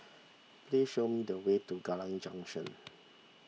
please show me the way to Kallang Junction